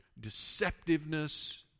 deceptiveness